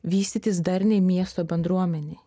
vystytis darniai miesto bendruomenei